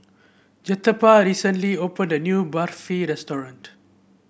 Jeptha recently opened a new Barfi Restaurant